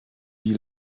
nie